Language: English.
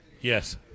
Yes